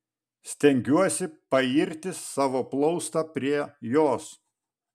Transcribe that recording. stengiuosi pairti savo plaustą prie jos